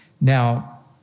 Now